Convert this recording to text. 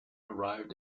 arrived